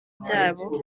byabo